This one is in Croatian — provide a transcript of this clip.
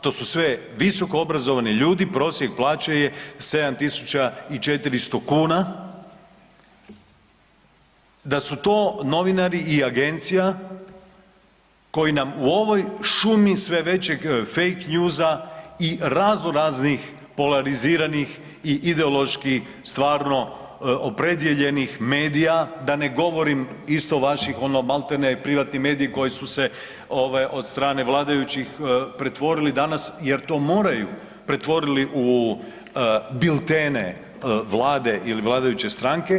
To su sve visokoobrazovani ljudi, prosjek plaće je 7.400 kuna, da su to novinari i agencija koji nam u ovoj šumi sve većeg fakenewsa i raznoraznih polariziranih i ideološki stvarno opredijeljenih medija, da ne govorim isto vaših, ono maltene privatni mediji koji su se od strane vladajućih pretvorili danas jer to moraju, pretvorili u biltene Vlade ili vladajuće stranke.